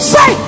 Say